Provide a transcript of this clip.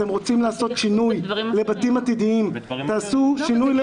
אתם רוצים לעשות שינוי לבתים עתידיים, תעשו שינוי.